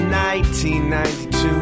1992